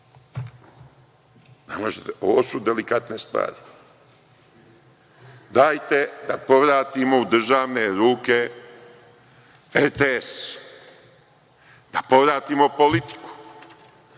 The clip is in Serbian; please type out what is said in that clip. ovo su delikatne stvari. Dajte da povratimo u državne ruke RTS, da povratimo Politiku,